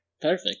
Perfect